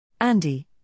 Andy